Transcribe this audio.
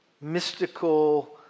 mystical